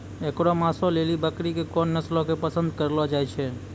एकरो मांसो लेली बकरी के कोन नस्लो के पसंद करलो जाय छै?